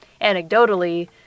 anecdotally